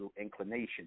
inclination